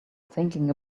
thinking